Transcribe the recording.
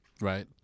right